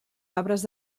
arbres